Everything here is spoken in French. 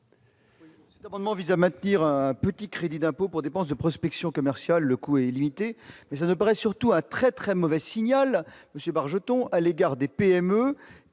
Amendement vise à maintenir un petit crédit d'impôt pour dépenses de prospection commerciale, le coup est limité mais ça ne paraît surtout un très très mauvais signal monsieur Barre, Bargeton à l'égard des PME